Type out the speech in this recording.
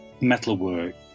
metalwork